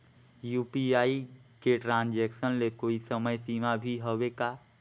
UPI के transaction ले कोई समय सीमा भी हवे का?